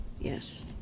Yes